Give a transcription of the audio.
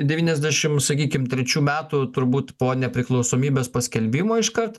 devyniasdešim sakykim trečių metų turbūt po nepriklausomybės paskelbimo iškart